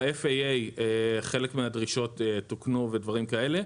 ב-FAA חלק מהדרישות תוקנו ודברים כאלה.